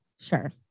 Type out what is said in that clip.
sure